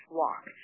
walk